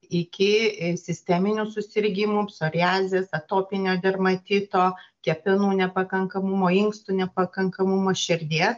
iki sisteminių susirgimų psoriazės atopinio dermatito kepenų nepakankamumo inkstų nepakankamumo širdies